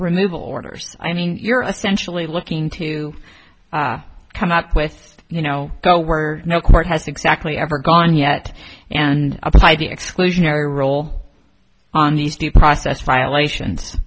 removal orders i mean you're essentially looking to come up with you know go where no court has exactly ever gone yet and applied the exclusionary role on these due process violations